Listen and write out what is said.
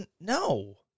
No